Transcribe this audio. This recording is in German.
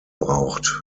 braucht